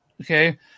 Okay